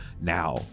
now